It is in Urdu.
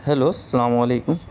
ہیلو السلام علیکم